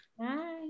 Hi